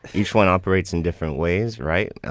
each one operates in different ways. right.